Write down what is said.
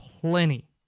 plenty